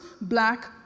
black